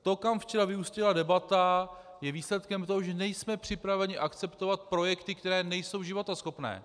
To, kam včera vyústila debata, je výsledkem toho, že nejsme připraveni akceptovat projekty, které nejsou životaschopné.